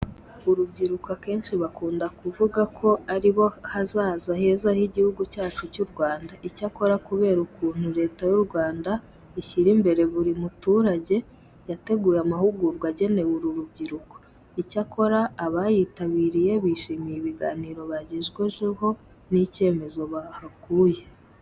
Urubyiruko akenshi bakunda kuvuga ko ari bo hazaza heza h'Igihugu cyacu cy'u Rwanda. Icyakora kubera ukuntu Leta y'u Rwanda ishyira imbere buri muturage, yateguye amahugurwa agenewe uru rubyiruko. Icyakora abayitabiriye bishimiye ibiganiro bagejejweho n'icyemezo bahakuye.